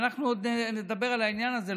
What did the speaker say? ואנחנו עוד נדבר על העניין הזה,